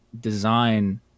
design